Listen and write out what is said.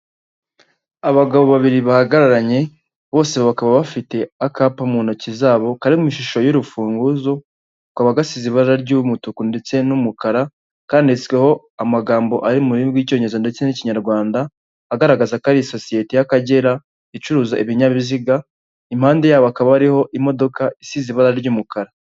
Abagabo babiri bahagararanye bose bakaba bafite akapa mu ntoki zabo kari mu ishusho y'urufunguzo, kakaba gasize ibara ry'umutuku ndetse n'umukara, kanditsweho amagambo ari mu rurimi rw'Icyongereza ndetse n'Ikinyarwanda, agaragaza ko ari isosiyete y'Akagera icuruza ibinyabiziga, impande yabo hakaba hariho imodoka isize ibara ry'umukara.